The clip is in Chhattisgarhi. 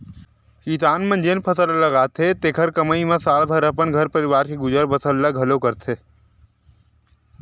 किसान मन जेन फसल लगाथे तेखरे कमई म साल भर अपन परवार के गुजर बसर ल घलोक करथे